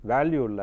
Value